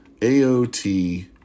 AOT